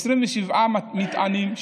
27 מטענים,